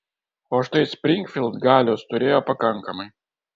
o štai springfild galios turėjo pakankamai